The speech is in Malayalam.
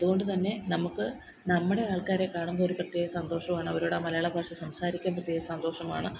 അതുകൊണ്ടുതന്നെ നമുക്ക് നമ്മുടെ ആൾക്കാരെ കാണുമ്പോള് ഒരു പ്രത്യേക സന്തോഷമാണവരോടാ മലയാള ഭാഷ സംസാരിക്കാൻ പ്രത്യേക സന്തോഷമാണ്